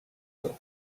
طور